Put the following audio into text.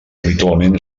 habitualment